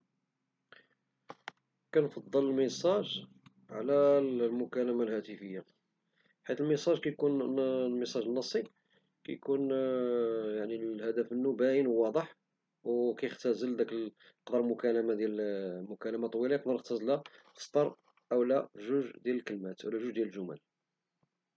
كنفضل الميساج على المكالمة الهاتفية حيت الميساج كيكون، الميساج النصي، كيكون الهدف منو باين وواضح وكيختزل ديك المكالمة في سطر أو جوج ديال الجمل.